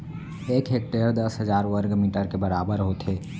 एक हेक्टर दस हजार वर्ग मीटर के बराबर होथे